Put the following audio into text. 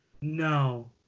No